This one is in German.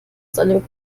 seinem